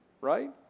right